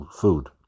food